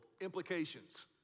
implications